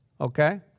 okay